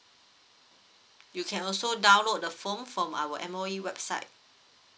you can also download the form from our M_O_E website